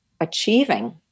achieving